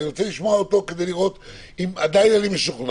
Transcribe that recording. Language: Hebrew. אבל אני רוצה לשמוע גם אותו כדי לראות אם אני עדיין משוכנע,